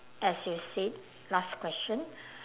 as you said last question